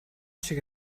шиг